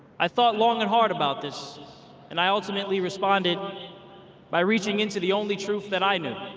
i thought long and hard about this and i ultimately responded by reaching into the only truth that i knew.